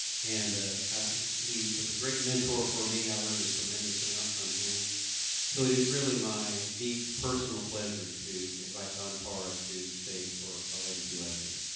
and he was a great mentor for me. i learn a tremendous amount from him so it is really my deep personal pleasure to invite don para to the stage for a legacy lecture.